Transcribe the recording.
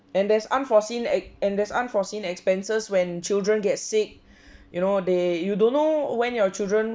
and there's unforeseen ek and there's unforeseen expenses when children get sick you know they you don't know when your children